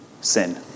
sin